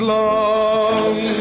long